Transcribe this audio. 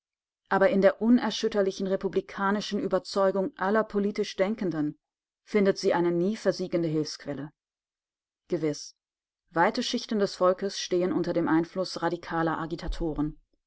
aber in der unerschütterlichen republikanischen überzeugung aller politisch denkenden findet sie eine nie versiegende hilfsquelle gewiß weite schichten des volkes stehen unter dem einfluß radikaler agitatoren